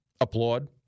applaud